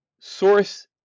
source